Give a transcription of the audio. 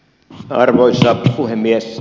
arvoisa puhemies